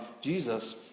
Jesus